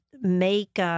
make